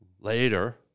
Later